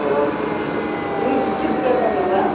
अ नों taxi driver नामा